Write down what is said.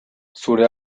zure